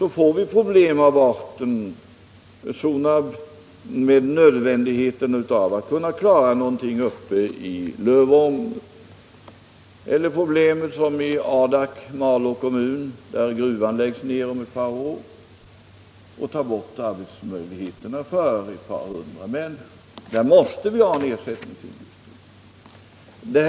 Så får vi problem av arten Sonab med nödvändigheten av att klara någonting uppe i Lövånger, eller problem som i Adak, Malå kommun, där gruvan läggs ned om ett par år, varigenom arbetsmöjligheterna tas bort för ett par hundra människor. Där måste vi ha en ersättningsindustri.